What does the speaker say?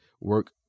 work